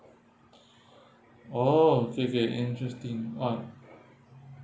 orh so there's interesting part